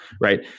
Right